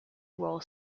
role